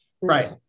Right